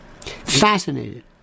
Fascinated